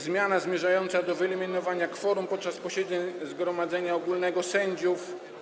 Zmiana zmierza do wyeliminowania kworum podczas posiedzeń zgromadzenia ogólnego sędziów.